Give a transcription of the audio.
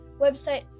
website